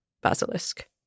basilisk